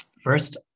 First